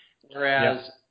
Whereas